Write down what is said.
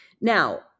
Now